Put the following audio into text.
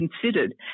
considered